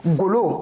golo